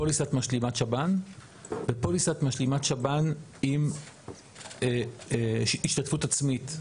פוליסת משלימת שב"ן ופוליסת משלימת שב"ן עם השתתפות עצמית.